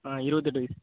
இருபத்தெட்டு வயது